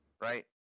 Right